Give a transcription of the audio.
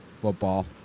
football